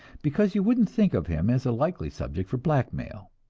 because you wouldn't think of him as a likely subject for blackmail.